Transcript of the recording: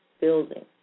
building